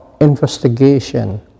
investigation